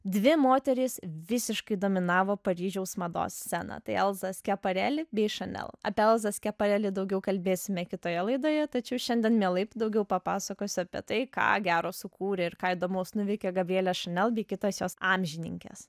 dvi moterys visiškai dominavo paryžiaus mados sceną tai elza skepareli bei chanel apie elzą skepareli daugiau kalbėsime kitoje laidoje tačiau šiandien mielai daugiau papasakosiu apie tai ką gero sukūrė ir ką įdomaus nuveikė gabrielė chanel bei kitos jos amžininkės